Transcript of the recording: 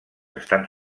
estan